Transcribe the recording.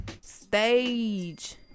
stage